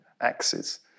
axes